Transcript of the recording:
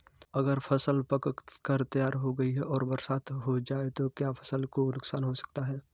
अगर फसल पक कर तैयार हो गई है और बरसात हो जाए तो क्या फसल को नुकसान हो सकता है?